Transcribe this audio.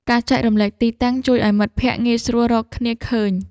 ការចែករំលែកទីតាំង ជួយឱ្យមិត្តភក្តិងាយស្រួលរកគ្នាឃើញ។